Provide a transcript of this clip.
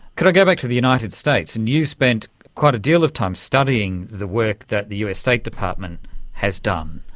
could i go back to the united states, and you've spent quite a deal of time studying the work that the us state department has done,